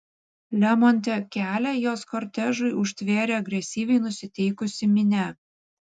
lemonte kelią jos kortežui užtvėrė agresyviai nusiteikusi minia